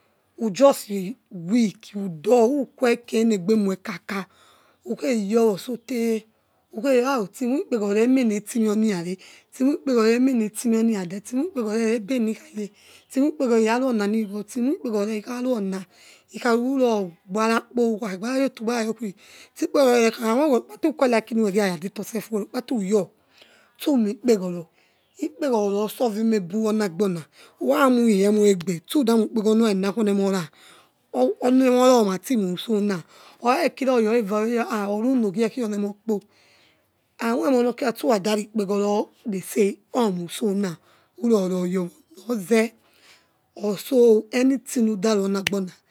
Wusi weeki sabote udole ukuekienegbe huckaka wkeyosote ha stimsimajone emengetimeaikhare timoekpogore omeneti meoni khade timoipigoro obe narikhaye timoikpegoro i khadonaniri gho imoimpegoro re ikhawong thirurogbara uky ukhagbara foto ug bave yokwre ikpegovorekne amoi werok pate ukaw likei nuregiayados self elblepte uyor stumoikpegar ikpegoro catapa ogulveremeby won igbona ukhamos emoriebe súdamai kpegoromurare nakui oni emom o nieorcoran arati moisong, ulahsvere kirs oygun okerie vane ory nogie kianiemo apo amoimo nokin whorada rikpegoro rese omsisong troroyowo rozeoso anything ne da ruongbong.